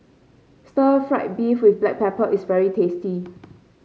Stir Fried Beef with Black Pepper is very tasty